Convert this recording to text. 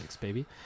baby